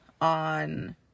on